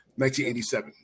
1987